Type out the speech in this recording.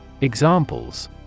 Examples